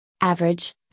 average